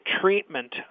treatment